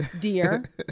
Dear